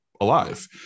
alive